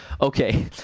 Okay